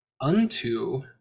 unto